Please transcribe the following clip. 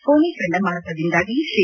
ಫೋನಿ ಚಂಡ ಮಾರುತದಿಂದಾಗಿ ಶ್ರೀ